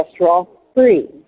cholesterol-free